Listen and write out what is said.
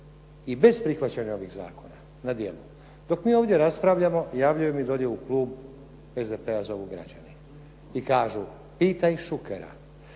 i bez prihvaćanja ovih zakona, na djelu. Dok mi ovdje raspravljamo, javljaju mi da ovdje u klub SDP-a zovu građani i kažu pitaj Šukera